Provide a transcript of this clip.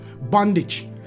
bondage